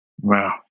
Wow